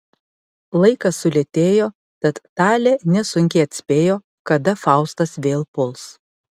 laikas sulėtėjo tad talė nesunkiai atspėjo kada faustas vėl puls